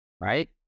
Right